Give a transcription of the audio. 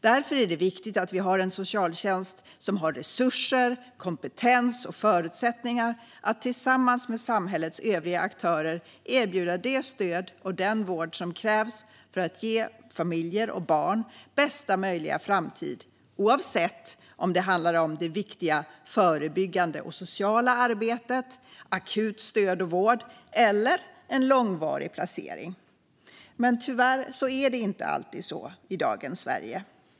Därför är det viktigt att vi har en socialtjänst som har resurser, kompetens och förutsättningar att tillsammans med samhällets övriga aktörer erbjuda det stöd och den vård som krävs för att ge familjer och barn bästa möjliga framtid, oavsett om det handlar om det viktiga förebyggande och sociala arbetet, akut stöd och vård eller en långvarig placering. Men tyvärr är det inte alltid så i dagens Sverige.